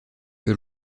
que